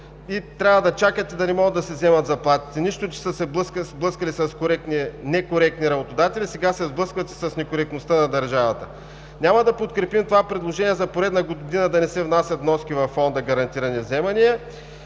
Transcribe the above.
трябва да чакат и да не могат да си вземат заплатите, нищо че са се сблъскали с некоректни работодатели, сега се сблъскват и с некоректността на държавата. Няма да подкрепим това предложение за поредна година да не се внасят вноски във Фонда „Гарантирани вземания